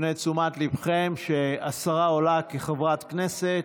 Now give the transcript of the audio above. מפנה את תשומת ליבכם לכך שהשרה עולה כחברת כנסת,